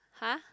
!huh!